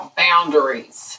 boundaries